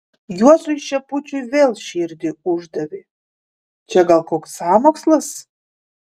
juozui šepučiui vėl širdį uždavė čia gal koks sąmokslas